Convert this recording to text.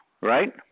right